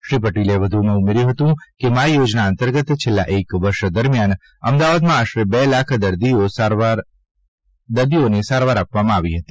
શ્રી પટેલે વધુમાં ઉમેર્યું હતું કે મા યોજના અંતર્ગત છેલ્લા એક વર્ષ દરમિયાન અમદાવાદમાં આશરે બે લાખ દર્દીઓ સારવાર આપવામાં આવી હતી